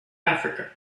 africa